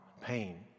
pain